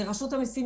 לרשות המסים,